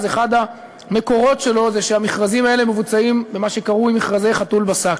אחד המקורות שלו הוא שהמכרזים האלה מבוצעים במה שקרוי "מכרזי חתול בשק".